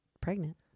pregnant